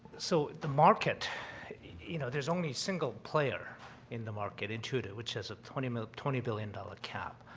so the market you know there's only single player in the market intuitive which is a twenty mm twenty billion dollar cap